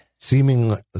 seemingly